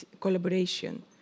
collaboration